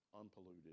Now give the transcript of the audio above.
unpolluted